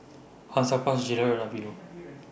Hansaplast Gilera and Aveeno